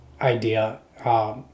idea